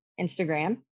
Instagram